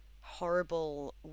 horrible